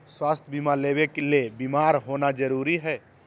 स्वास्थ्य बीमा लेबे ले बीमार होना जरूरी हय?